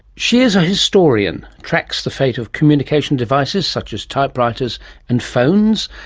she is a historian, tracks the fate of communication devices such as typewriters and phones,